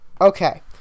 Okay